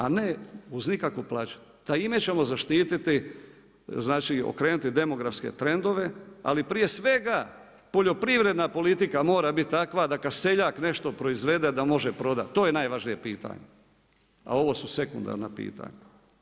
A ne uz nikakvu plaćanje … zaštiti znači okrenuti demografske trendove, ali prije svega poljoprivredna politika mora biti takva, da kad seljak nešto proizvede, da može prodati, to je najvažnije pitanje, a ovo su sekundarna pitanja.